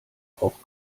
auch